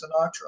Sinatra